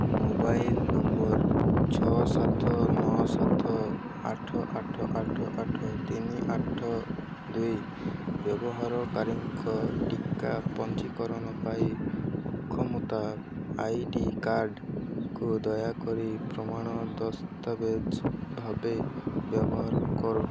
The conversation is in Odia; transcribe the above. ମୋବାଇଲ୍ ନମ୍ବର୍ ଛଅ ସାତ ନଅ ସାତ ଆଠ ଆଠ ଆଠ ଆଠ ତିନି ଆଠ ଆଠ ଦୁଇ ବ୍ୟବହାରକାରୀଙ୍କ ଟିକା ପଞ୍ଜୀକରଣ ପାଇଁ ଅକ୍ଷମତା ଆଇ ଡ଼ି କାର୍ଡ଼୍ କୁ ଦୟାକରି ପ୍ରମାଣ ଦସ୍ତାବେଜ୍ ଭାବେ ବ୍ୟବହାର କର